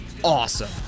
Awesome